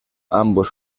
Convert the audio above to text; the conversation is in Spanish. ambos